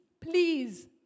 please